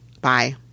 Bye